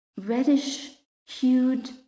reddish-hued